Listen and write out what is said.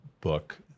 book